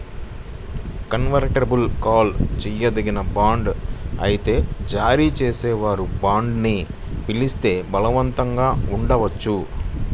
convertible call చేయదగిన bond అయితే జారీ చేసేవారు బాండ్ని పిలిస్తే బలవంతంగా ఉండవచ్చు